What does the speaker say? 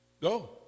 Go